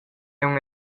aunc